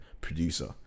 producer